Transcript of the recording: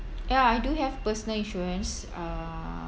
ya I do have personal insurance uh